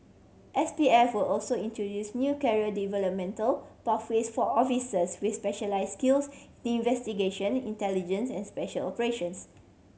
S P F will also introduce new career developmental pathways for officers with specialise skills investigation intelligence and special operations